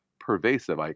pervasive